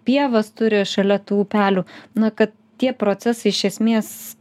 pievas turi šalia tų upelių na kad tie procesai iš esmės